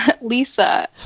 Lisa